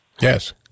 Yes